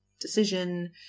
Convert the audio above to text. decision